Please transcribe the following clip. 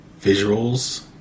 visuals